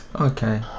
okay